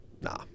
Nah